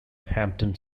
hampton